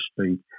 speak